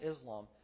Islam